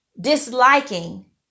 disliking